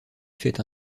fait